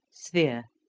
sphere.